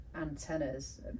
antennas